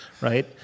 right